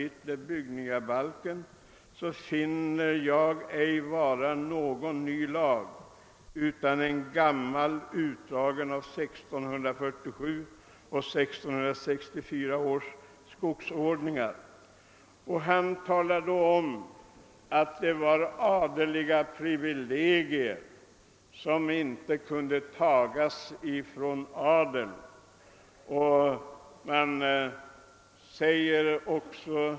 Bygn.-B. finner jag ey vara någon ny lag, uthan en gammal, utdragen af 1647 och 1664 åhrs Skogsordningar». Han talade också om att detta var adliga privilegier som inte kunde tagas ifrån adeln.